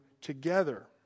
together